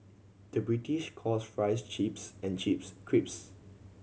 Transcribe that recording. the British calls fries chips and chips crisps